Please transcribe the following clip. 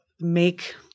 make